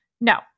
No